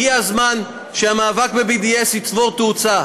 הגיע הזמן שהמאבק ב-BDS יצבור תאוצה.